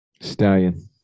Stallion